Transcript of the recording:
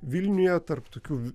vilniuje tarp tokių